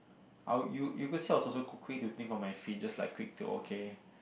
I'll you you could see I was also q~ quick to think on my feet just like quick to okay